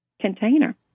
container